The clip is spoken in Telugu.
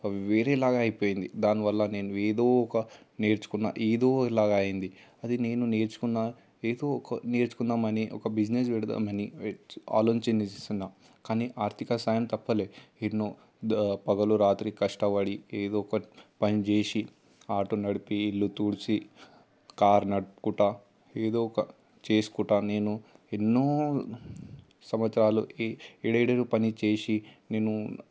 వేరే లాగా అయిపోయింది దానివల్ల నేను ఏదో ఒక నేర్చుకున్న ఏదో ఇలాగ అయ్యింది అది నేను నేర్చుకున్న ఏదో ఒక నేర్చుకుందామని ఒక బిజినెస్ పెడదామని ఆలోచన చేసిన కానీ ఆర్థిక సాయం దక్కలే ఎన్నో పగలు రాత్రి కష్టపడి ఏదో ఒకటి పనిచేసి ఆటో నడిపి ఇల్లు తుడిచి కార్ నడుపుకుంటా ఏదో ఒక చేసుకుంటా నేను ఎన్నో సంవత్సరాలకి ఏడాడో పనిచేసి నేను